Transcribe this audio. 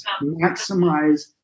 maximize